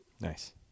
Nice